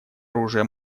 оружие